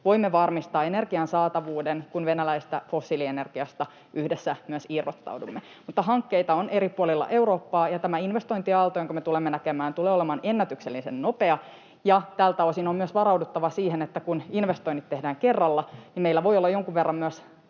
voimme varmistaa energian saatavuuden, kun venäläisestä fossiilienergiasta yhdessä myös irrottaudumme. Mutta hankkeita on eri puolilla Eurooppaa, ja tämä investointiaalto, jonka me tulemme näkemään, tulee olemaan ennätyksellisen nopea. Ja tältä osin on myös varauduttava siihen, että kun investoinnit tehdään kerralla, niin meillä voi olla jonkun verran myös